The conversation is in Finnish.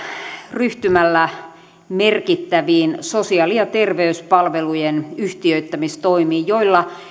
ryhtymällä merkittäviin sosiaali ja terveyspalvelujen yhtiöittämistoimiin joilla